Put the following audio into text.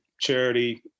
charity